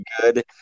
good